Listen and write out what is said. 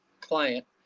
client